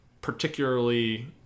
particularly